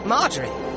Marjorie